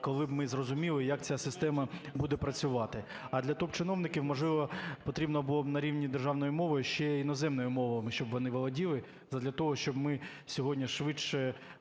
коли б ми зрозуміли, як ця система буде працювати. А для топ-чиновників, можливо, потрібно було б, на рівні державної мови ще й іноземними мовами щоб володіли, задля того щоб ми сьогодні швидше